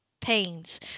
pains